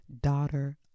Daughter